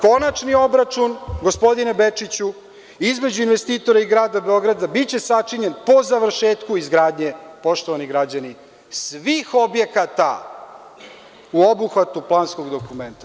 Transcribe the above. Dakle, konačni obračun, gospodine Bečiću, između investitora i Grada Beograda biće sačinjen po završetku izgradnje, poštovani građani, svih objekata u obuhvatu planskog dokumenta.